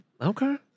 Okay